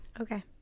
Okay